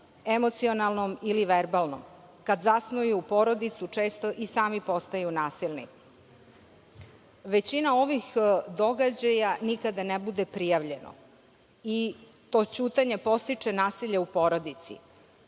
emocionalnom ili verbalnom. Kad zasnuju porodicu, često i sami postaju nasilni. Većina ovih događaja nikada ne bude prijavljeno i to ćutanje podstiče nasilje u porodici.